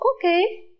Okay